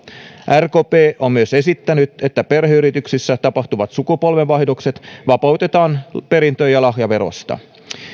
rkp on myös esittänyt että perheyrityksissä tapahtuvat sukupolvenvaihdokset vapautetaan perintö ja lahjaverosta